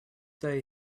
day